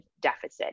deficit